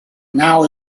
now